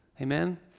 Amen